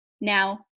Now